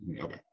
Okay